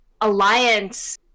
Alliance